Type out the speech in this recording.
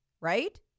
Right